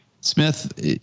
Smith